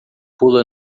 pula